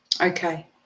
Okay